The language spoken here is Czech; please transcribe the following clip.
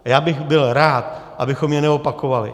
A já bych byl rád, abychom je neopakovali.